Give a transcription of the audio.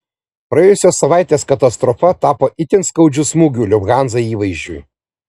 praėjusios savaitės katastrofa tapo itin skaudžiu smūgiu lufthansa įvaizdžiui